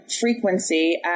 frequency